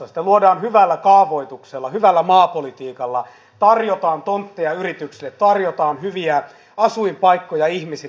sitä luodaan hyvällä kaavoituksella hyvällä maapolitiikalla tarjotaan tontteja yrityksille tarjotaan hyviä asuinpaikkoja ihmisille